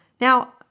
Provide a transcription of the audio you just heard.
Now